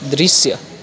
दृश्य